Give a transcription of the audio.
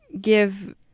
give